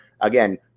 Again